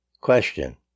Question